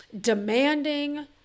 demanding